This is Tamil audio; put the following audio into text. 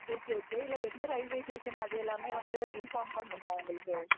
ஓகே ஓகே இல்லை எந்த ரயில்வே ஸ்டேஷனா அது எல்லாமே வந்து இன்ஃபார்ம் பண்ணுமா உங்களுக்கு